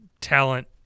talent